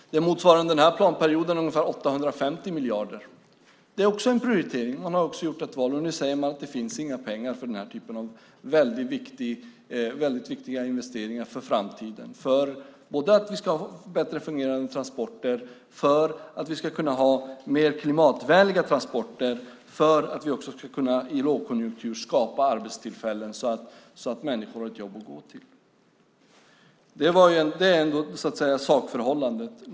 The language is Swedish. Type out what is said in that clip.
Det motsvarar under denna planperiod ungefär 850 miljarder. Också det är en prioritering. Regeringen har gjort ett val, och nu säger man att det inte finns några pengar för den här typen av för framtiden mycket viktiga investeringar. Investeringarna behövs för att vi ska få bättre fungerande och mer klimatvänliga transporter och för att vi även i en lågkonjunktur ska kunna skapa arbetstillfällen så att människor har ett jobb att gå till. Det är sakförhållandet.